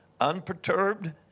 unperturbed